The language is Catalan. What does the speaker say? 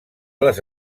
les